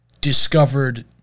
discovered